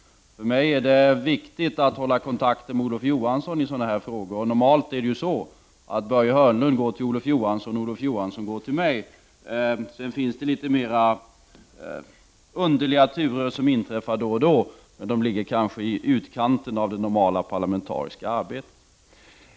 För mig är det viktigt att hålla kontakten med Olof Johansson i sådana här frågor. Och normalt fungerar det ju så att Börje Hörnlund går till Olof Johansson och Olof Johansson går till mig. Sedan inträffar det då och då litet mer underliga turer, men de ligger kanske i utkanten av det normala parlamentariska arbetet.